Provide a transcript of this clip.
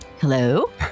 Hello